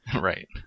Right